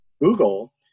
Google